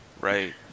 right